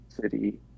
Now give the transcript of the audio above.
city